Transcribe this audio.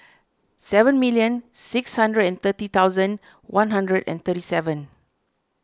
seven million six hundred and thirty thousand one hundred and thirty seven